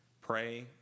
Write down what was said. Pray